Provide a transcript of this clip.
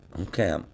Okay